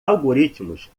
algoritmos